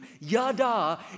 Yada